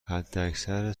حداکثر